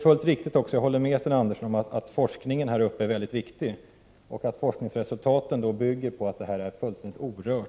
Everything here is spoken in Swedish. Jag håller med Sten Andersson om att forskningen i detta område är väldigt viktig och att forskningsresultaten bygger på att området är fullständigt orört.